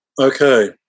Okay